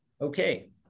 Okay